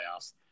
playoffs